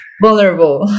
vulnerable